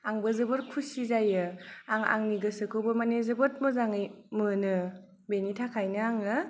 आंबो जोबोर खुसि जायो आं आंनि गोसोखौबो माने जोबोत मोजाङै मोनो बेनि थाखायनो आङो